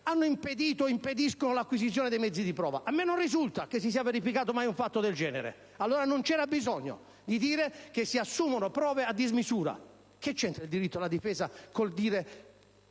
abbiano impedito o impediscano l'acquisizione dei mezzi di prova? Non mi risulta che si sia verificato mai un fatto del genere. Allora non c'era bisogno di dire che si assumono prove a dismisura. Che c'entra il diritto alla difesa con il dire